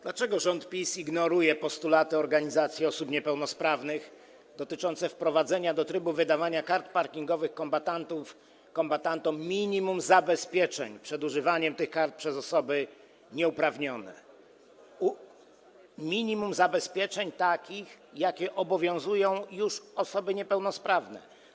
Dlaczego rząd PiS ignoruje postulaty organizacji osób niepełnosprawnych dotyczące wprowadzenia do trybu wydawania kart parkingowych kombatantom minimum zabezpieczeń przed używaniem tych kart przez osoby nieuprawnione, minimum zabezpieczeń takich, jakie obowiązują już osoby niepełnosprawne?